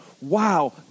wow